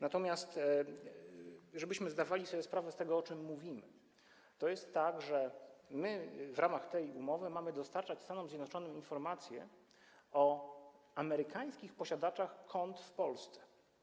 Natomiast żebyśmy zdawali sobie sprawę z tego, o czym mówimy - to jest tak, że my w ramach tej umowy mamy dostarczać Stanom Zjednoczonym informacje o amerykańskich posiadaczach kont w Polsce.